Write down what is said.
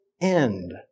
end